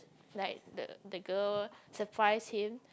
like the the girl surprise him